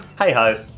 Hey-ho